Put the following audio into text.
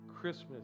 Christmas